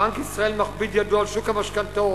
בנק ישראל מכביד ידו על שוק המשכנתאות.